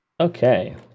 Okay